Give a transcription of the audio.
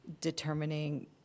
determining